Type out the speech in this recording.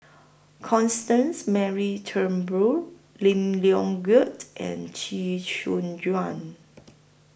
Constance Mary Turnbull Lim Leong Geok and Chee Soon Juan